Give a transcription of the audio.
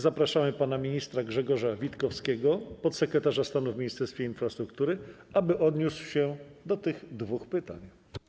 Zapraszamy pana ministra Grzegorza Witkowskiego, podsekretarza stanu w Ministerstwie Infrastruktury, aby odniósł się do tych dwóch pytań.